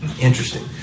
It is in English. Interesting